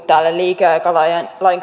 liikeaikalain